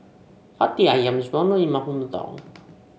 Hati ayam is well known in my hometown